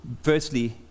Firstly